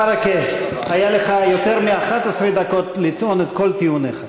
ברכה, היו לך יותר מ-11 דקות לטעון את כל טיעוניך.